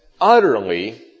utterly